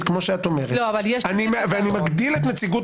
כמו שאת אומרת ואני מגדיל את נציגות